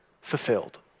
fulfilled